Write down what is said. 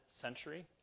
century